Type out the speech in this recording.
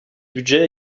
budget